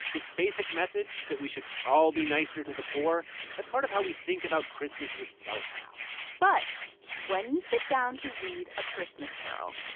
its basic message that we should all be nicer to the poor that's part of how we think about christmas itself now but when you sit down to read a christmas carol,